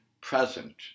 present